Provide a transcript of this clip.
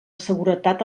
seguretat